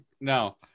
No